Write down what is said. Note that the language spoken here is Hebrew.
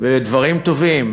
לדברים טובים,